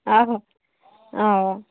आहो हां